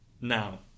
Now